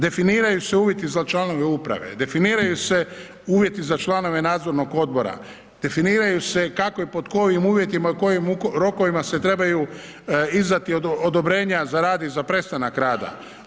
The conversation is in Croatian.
Definiraju se uvjeti za članove uprave, definiraju se uvjeti za članove nadzornog odbora, definiraju se kako i pod kojim uvjetima i u kojim rokovima se trebaju izdati odobrenja za rad i za prestanak rada.